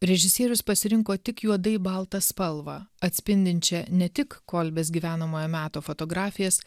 režisierius pasirinko tik juodai baltą spalvą atspindinčią ne tik kolbės gyvenamojo meto fotografijas